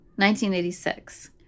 1986